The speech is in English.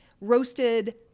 Roasted